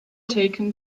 taken